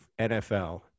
NFL